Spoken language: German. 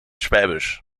schwäbisch